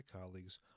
colleagues